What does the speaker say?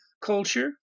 culture